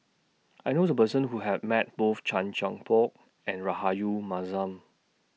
I knew A Person Who Have Met Both Chan Chin Bock and Rahayu Mahzam